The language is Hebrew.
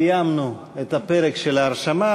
סיימנו את הפרק של ההרשמה.